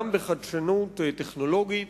גם בחדשנות טכנולוגית,